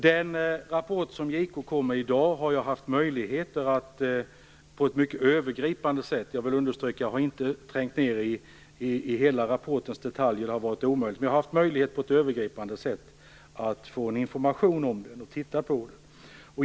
Den rapport som JK kom med i dag har jag haft möjlighet att på ett mycket övergripande sätt - jag vill understryka att jag inte har trängt ned i hela rapportens detaljer, eftersom det varit omöjligt - få information om och titta på.